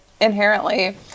Inherently